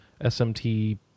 SMT